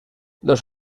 los